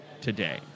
today